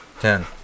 Ten